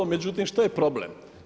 Međutim, šta je problem?